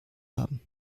haben